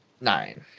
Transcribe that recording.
Nine